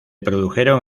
produjeron